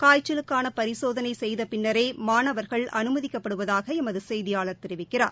காய்ச்சலுக்கான பரிசோதனை செய்த பின்னரே மாணவர்கள் அனுமதிக்கப்படுவதாக எமது செய்தியாளர் தெரிவிக்கிறார்